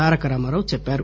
తారక రామారావు చెప్పారు